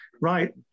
Right